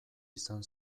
izan